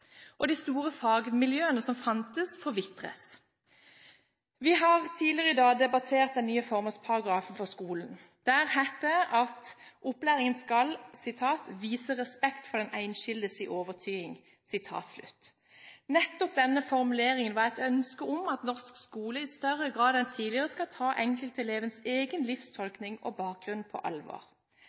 De store fagmiljøene som fantes, forvitres. Vi har tidligere i dag debattert den nye formålsparagrafen for skolen. Der heter det at opplæringen skal «vise respekt for den einskilde si overtyding». Nettopp denne formuleringen var et ønske om at norsk skole i større grad enn tidligere skal ta enkeltelevens egen livstolkning og bakgrunn på alvor.